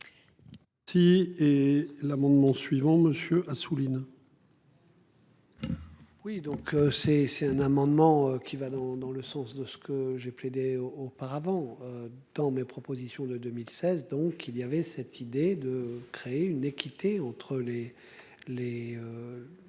Et l'amendement suivant monsieur Assouline. Oui donc c'est c'est un amendement qui va dans, dans le sens de ce que j'ai plaidé auparavant dans mes propositions de 2016, donc il y avait cette idée de créer une équité entre les